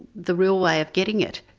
the real way of getting it,